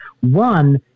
One